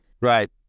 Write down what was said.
Right